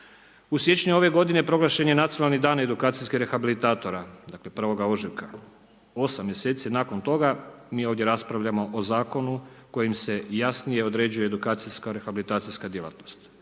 U siječnju ove godine proglašen je nacionalni dan edukacijskih rehabilitatora, dakle 1. ožujka, 8 mjeseci nakon toga mi ovdje raspravljamo o zakonu kojim se jasnije određuje edukacijska, rehabilitacijska djelatnost.